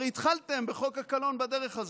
הרי התחלתם בחוק הקלון בדרך הזאת.